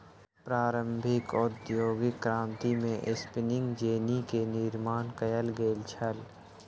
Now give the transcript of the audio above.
प्रारंभिक औद्योगिक क्रांति में स्पिनिंग जेनी के निर्माण कयल गेल छल